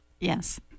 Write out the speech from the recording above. Yes